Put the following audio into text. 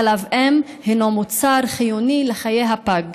חלב אם הינו מוצר חיוני לחיי הפג.